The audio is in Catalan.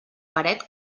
paret